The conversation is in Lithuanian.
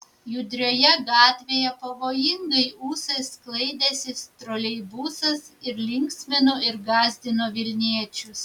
judrioje gatvėje pavojingai ūsais sklaidęsis troleibusas ir linksmino ir gąsdino vilniečius